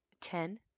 Ten